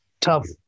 tough